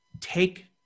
Take